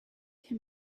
him